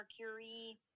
Mercury